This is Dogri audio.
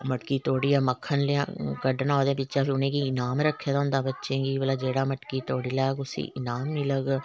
मटकी तोड़ी मक्खन कड्ढना ओहदे बिच्चा फिर उनेंगी इनाम रक्खे दा होंदा बच्चे गी जेहड़ा मटकी तोड़ी लैग उसगी इनाम मिलग